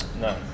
No